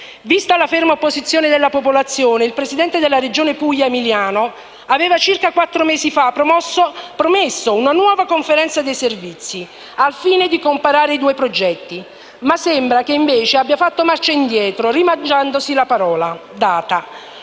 Vista la ferma opposizione della popolazione, il presidente della Regione Puglia, Emiliano, circa quattro mesi aveva fa promesso una nuova conferenza dei servizi al fine di comparare i due progetti, ma sembra che abbia fatto marcia indietro, rimangiandosi la parola data.